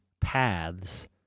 paths